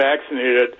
vaccinated